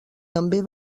també